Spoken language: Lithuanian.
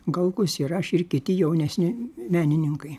galkus ir aš ir kiti jaunesni menininkai